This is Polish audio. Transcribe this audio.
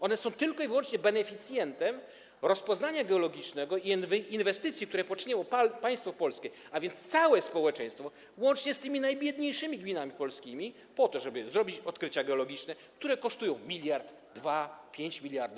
One są tylko i wyłącznie beneficjentem rozpoznania geologicznego i inwestycji, które poczyniło państwo polskie, a więc całe społeczeństwo, łącznie z tymi najbiedniejszymi polskimi gminami, po to żeby zrobić odkrycia geologiczne, które kosztują miliard, 2 mld, 5 mld.